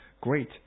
Great